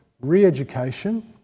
re-education